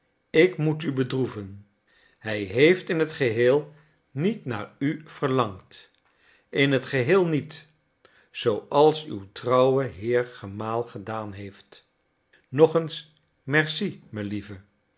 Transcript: en ik moet u bedroeven hij heeft in het geheel niet naar u verlangd in het geheel niet zooals uw trouwe heer gemaal gedaan heeft nog eens merci melieve